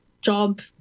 job